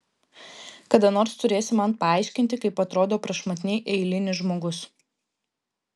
kada nors turėsi man paaiškinti kaip atrodo prašmatniai eilinis žmogus